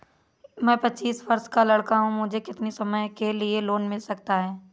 मैं पच्चीस वर्ष का लड़का हूँ मुझे कितनी समय के लिए लोन मिल सकता है?